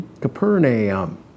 Capernaum